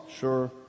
sure